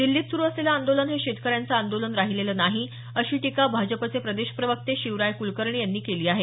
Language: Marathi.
दिल्लीत सुरू असलेलं आंदोलन हे शेतकऱ्यांचं आंदोलन राहिलेलं नाही अशी टीका भाजपचे प्रदेश प्रवक्ते शिवराय क्ळकर्णी यांनी केली आहे